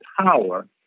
power